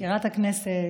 מזכירת הכנסת,